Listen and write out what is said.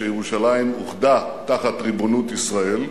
שירושלים אוחדה תחת ריבונות ישראל,